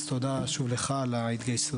אז תודה שוב, לך, להתגייסות.